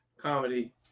comedy